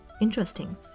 interesting